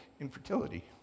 infertility